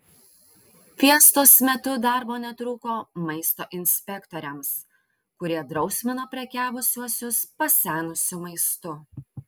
fiestos metu darbo netrūko maisto inspektoriams kurie drausmino prekiavusiuosius pasenusiu maistu